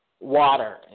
water